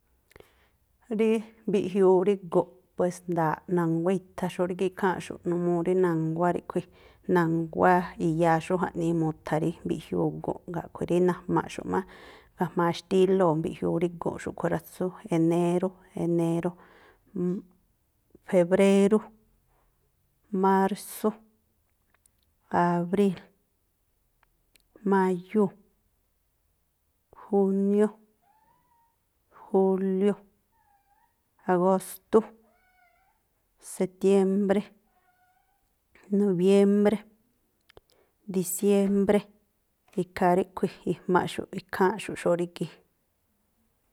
Rí mbiꞌjiuu rí gu̱nꞌ, pues, nda̱a̱ꞌ, na̱nguá i̱tha̱ xóóꞌ rígíꞌ ikháa̱nꞌxu̱ꞌ numuu rí na̱nguá ríꞌkhui̱, na̱nguá i̱ya̱a xú jaꞌnii mu̱tha̱ rí mbiꞌjiuu gu̱nꞌ, jngáa̱ a̱ꞌkhui̱ rí najmaꞌxu̱ꞌ má ga̱jma̱a xtílóo̱ mbiꞌjiuu rí gu̱nꞌ xúꞌkhui̱ rá. Tsú enérú, enérú, febrérú, mársú, abríl, máyúu̱, júniú, júliú, agóstú, setiémbré, nobiembré, disiémbré. Ikhaa ríꞌkhui̱ ejmaꞌxu̱ꞌ ikháa̱nꞌxu̱ꞌ xóóꞌ rí gii̱ꞌ.